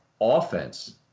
offense